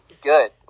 good